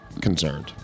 concerned